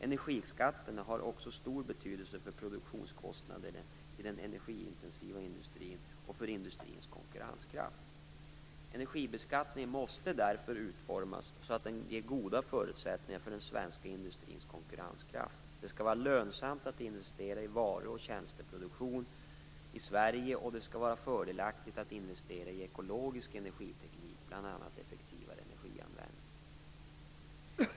Energiskatterna har också stor betydelse för produktionskostnaderna i den energiintensiva industrin och för industrins konkurrenskraft. Energibeskattningen måste därför utformas så att den ger goda förutsättningar för den svenska industrins konkurrenskraft. Det skall vara lönsamt att investera i varu och tjänsteproduktion i Sverige, och det skall vara fördelaktigt att investera i ekologisk energiteknik, bl.a. effektivare energianvändning.